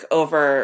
over